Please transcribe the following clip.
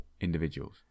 individuals